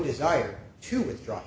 desire to withdraw